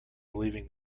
believing